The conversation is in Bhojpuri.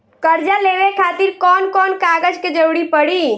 कर्जा लेवे खातिर कौन कौन कागज के जरूरी पड़ी?